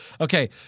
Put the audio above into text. Okay